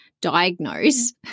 diagnose